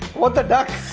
what the duck!